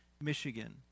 Michigan